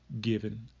given